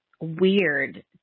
weird